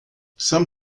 some